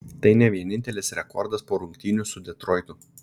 tai ne vienintelis rekordas po rungtynių su detroitu